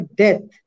death